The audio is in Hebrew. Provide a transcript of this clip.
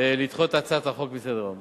לדחות את הצעת החוק מסדר-היום